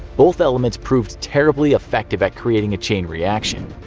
both elements proved terribly effective at creating a chain reaction.